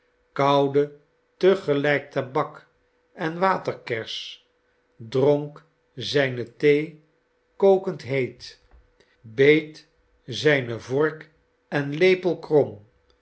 kauwde te gelijk tabak en waterkers dronk zijne thee kokend heet beet zijne vork en lepel krom